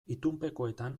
itunpekoetan